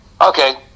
okay